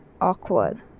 awkward